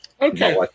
Okay